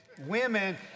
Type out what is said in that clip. Women